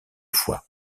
fois